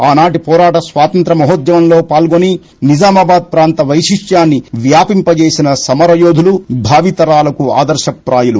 ఆనాటి పోరాట స్వాతంత్య మహోద్యమంలో పాల్గొని నిజామాబాద్ ప్రాంత వైశిష్ట్యాన్ని వ్యాపింపజేసిన సమరయోధులు భావితరాలకు ఆదర్పప్రాయులు